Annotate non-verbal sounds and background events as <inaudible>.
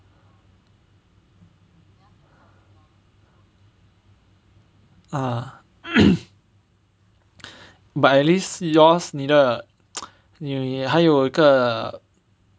ah <coughs> but at least yours 你的你的也还有一个